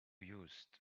used